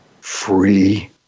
free